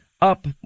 up